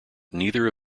neither